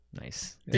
Nice